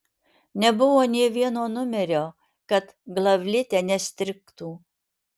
nebuvo nė vieno numerio kad glavlite nestrigtų